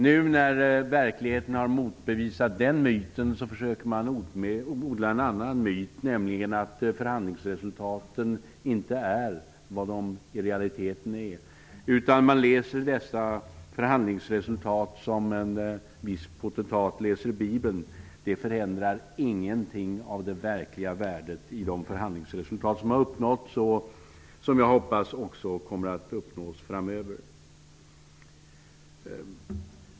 Nu när verkligheten har motbevisat den myten försöker man odla en annan myt, nämligen att förhandlingsresultaten inte är vad de i realiteten är. Förhandlingsresultaten läses som en viss potentat läser Bibeln. Det förändrar ingenting i det verkliga värdet av de förhandlingsresultat som har uppnåtts och som jag hoppas kommer att uppnås framöver.